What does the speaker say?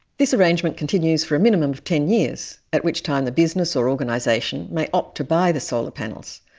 this arrangement continues for a minimum of ten years, at which time the business or organisation may opt to buy the solar panels,